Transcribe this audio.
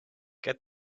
get